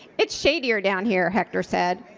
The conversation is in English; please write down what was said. it's shadier down here, hector said.